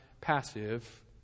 passive